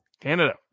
Canada